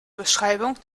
beschreibung